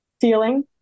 feeling